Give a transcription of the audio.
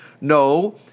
No